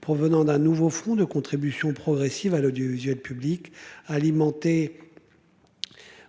provenant d'un nouveau front de contribution progressive à l'audiovisuel public. Alimenté.